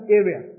area